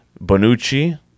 Bonucci